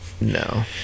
No